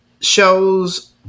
shows